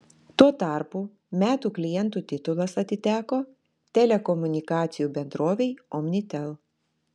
tuo tarpu metų klientų titulas atiteko telekomunikacijų bendrovei omnitel